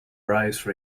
rise